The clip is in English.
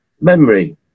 memory